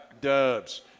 dubs